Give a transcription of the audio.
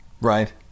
Right